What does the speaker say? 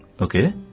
Okay